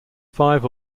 five